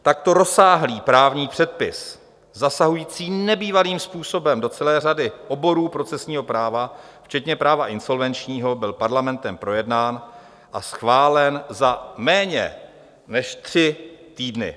Takto rozsáhlý právní předpis zasahující nebývalým způsobem do celé řady oborů procesního práva včetně práva insolvenčního byl Parlamentem projednán a schválen za méně než tři týdny.